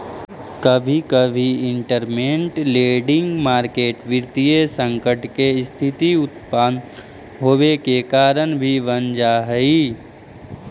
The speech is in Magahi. कभी कभी इंटरमेंट लैंडिंग मार्केट वित्तीय संकट के स्थिति उत्पन होवे के कारण भी बन जा हई